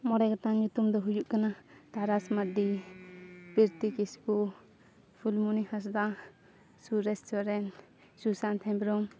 ᱢᱚᱬᱮ ᱜᱚᱴᱟᱝ ᱧᱩᱛᱩᱢ ᱫᱚ ᱦᱩᱭᱩᱜ ᱠᱟᱱᱟ ᱛᱟᱨᱟᱥ ᱢᱟᱹᱨᱰᱤ ᱯᱨᱤᱛᱤ ᱠᱤᱥᱠᱩ ᱯᱷᱩᱞᱢᱩᱱᱤ ᱦᱟᱸᱥᱫᱟ ᱥᱩᱨᱮᱥ ᱥᱚᱨᱮᱱ ᱥᱩᱥᱟᱱᱛ ᱦᱮᱢᱵᱨᱚᱢ